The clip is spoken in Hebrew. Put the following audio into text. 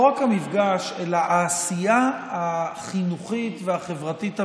המפגש אלא העשייה החינוכית והחברתית המשותפת.